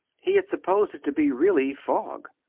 he had supposed it to be really fog.